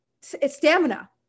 stamina